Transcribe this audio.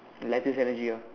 lattice energy ah